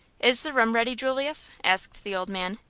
is the room ready, julius? asked the old man.